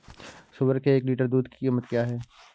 सुअर के एक लीटर दूध की कीमत क्या है?